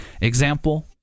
example